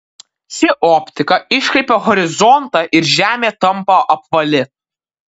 ši optika iškreipia horizontą ir žemė tampa apvali